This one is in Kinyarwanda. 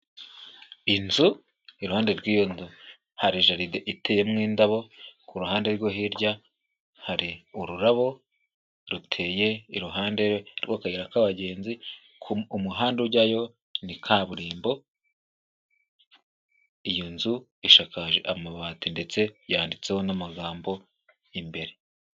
Inzu, iruhande rw'iyo nzu hari geride iteyemo indabo, ku ruhande rwo hirya hari ururabo ruteye iruhande rw'akayira k'abagenzi, umuhanda ujyayo ni kaburimbo, iyo nzu ishakakaje amabati ndetse yanditseho n'amagambo imbere.